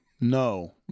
no